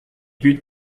buts